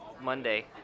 Monday